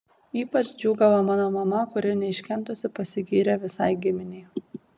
ypač džiūgavo mano mama kuri neiškentusi pasigyrė visai giminei